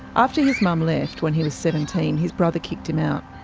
after his mum left when he was seventeen, his brother kicked him out.